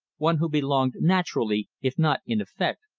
one who belonged naturally, if not in effect,